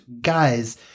guys